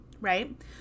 right